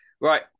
Right